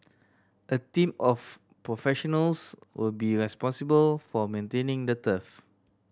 a team of professionals will be responsible for maintaining the turf